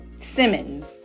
Simmons